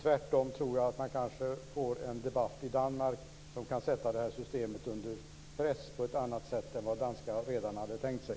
Tvärtom tror jag att man kanske får en debatt i Danmark som kan sätta det här systemet under press på ett annat sätt än vad de danska redarna hade tänkt sig.